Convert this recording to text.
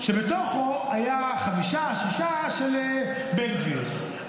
שבתוכו היו חמישה שישה של בן גביר,